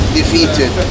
defeated